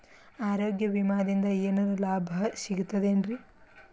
ಆರೋಗ್ಯ ವಿಮಾದಿಂದ ಏನರ್ ಲಾಭ ಸಿಗತದೇನ್ರಿ?